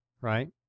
right